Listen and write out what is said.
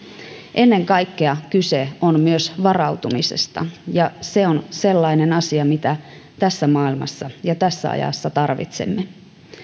ennen kaikkea kyse on myös varautumisesta ja se on sellainen asia mitä tässä maailmassa ja tässä ajassa tarvitsemme